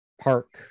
Park